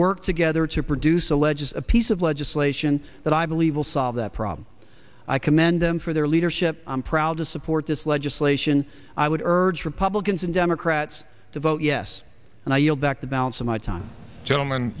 work together to produce alleges a piece of legislation that i believe will solve that problem i commend them for their leadership i'm proud to support this legislation i would urge republicans and democrats to vote yes and i yield back the balance of my time gentleman